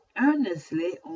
earnestly